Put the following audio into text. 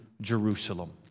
Jerusalem